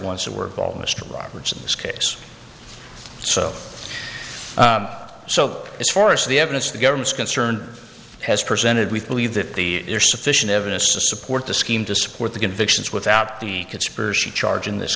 ones that were called mr roberts in this case so so as far as the evidence the government's concern has presented we believe that the sufficient evidence to support the scheme to support the convictions without the conspiracy charge in this